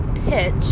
pitch